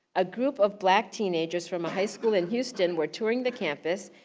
a group of black teenagers from a high school in houston were touring the campus.